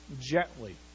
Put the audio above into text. gently